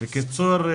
בקיצור,